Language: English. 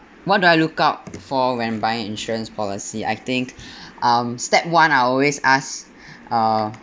what do I look out for when buying insurance policy I think um step one I will always ask uh